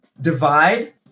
divide